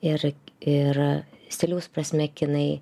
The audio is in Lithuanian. ir ir stiliaus prasme kinai